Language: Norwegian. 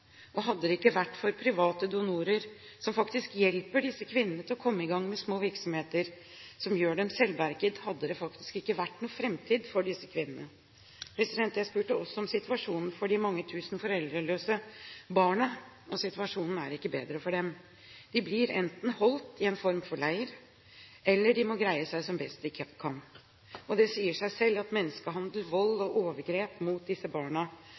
Hadde det ikke vært for at private donorer hjelper disse kvinnene til å komme i gang med små virksomheter som gjør dem selvberget, hadde det faktisk ikke vært noen framtid for disse kvinnene. Jeg spurte også om situasjonen for de mange tusen foreldreløse barna, og situasjonen er ikke bedre for dem. De blir enten holdt i en form for leir, eller de må greie seg som best de kan. Det sier seg selv at menneskehandel, vold og overgrep mot disse barna